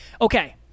Okay